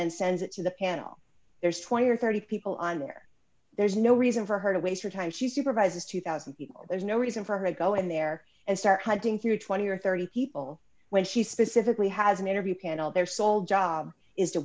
then sends it to the panel there's twenty or thirty people on there there's no reason for her to waste her time she supervises two thousand people there's no reason for her to go in there and start hunting through twenty or thirty people when she specifically has an interview panel their sole job is to